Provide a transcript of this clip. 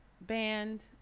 band